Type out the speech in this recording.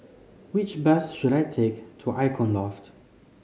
which bus should I take to Icon Loft